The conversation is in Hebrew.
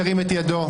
ירים את ידו.